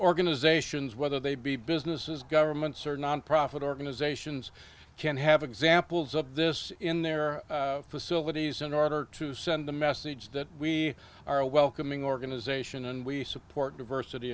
organizations whether they be businesses governments or nonprofit organizations can have examples of this in their facilities in order to send the message that we are a welcoming organization and we support diversity